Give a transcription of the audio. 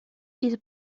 die